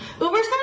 uber's